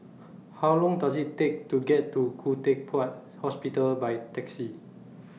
How Long Does IT Take to get to Khoo Teck Puat Hospital By Taxi